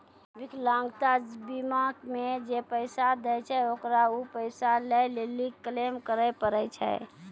विकलांगता बीमा मे जे पैसा दै छै ओकरा उ पैसा लै लेली क्लेम करै पड़ै छै